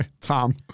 Tom